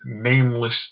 nameless